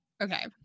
okay